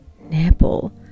nipple